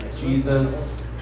Jesus